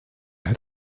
herd